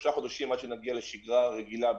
שלושה חודשים עד שנגיע לשגרה רגילה,